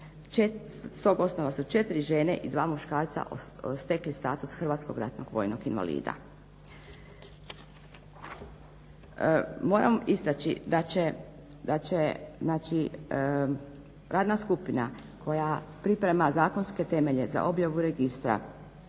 s tog osnova su 4 žene i 2 muškarca stekli status hrvatskog ratnog vojnog invalida. Moramo istaći da će radna skupina koja priprema zakonske temelje za objavu registra